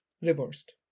reversed